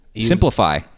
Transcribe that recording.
Simplify